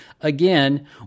again